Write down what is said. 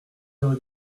heures